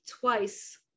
twice